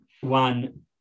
one